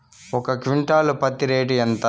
ఒక క్వింటాలు పత్తి రేటు ఎంత?